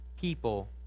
people